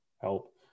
help